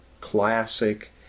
classic